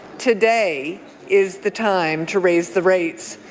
today is the time to raise the rates.